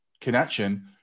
connection